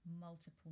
multiple